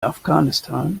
afghanistan